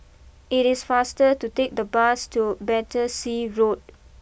it is faster to take the bus to Battersea Road